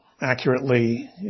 accurately